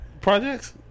Projects